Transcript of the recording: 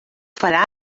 farà